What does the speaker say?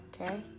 okay